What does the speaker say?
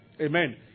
Amen